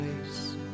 place